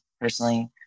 personally